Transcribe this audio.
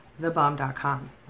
thebomb.com